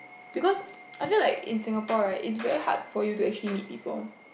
because I feel like in Singapore right it's very hard for you to actually meet people